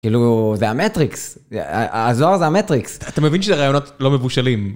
כאילו זה המטריקס, הזוהר זה המטריקס. אתה מבין שזה רעיונות לא מבושלים?